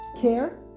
care